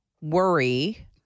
worry